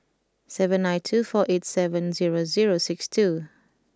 seven nine two four eight seven zero zero six two